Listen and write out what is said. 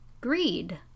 greed